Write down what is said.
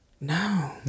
No